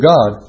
God